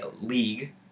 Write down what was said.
league